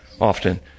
often